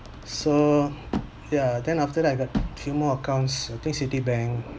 so ya then after that I got a few more accounts I think citibank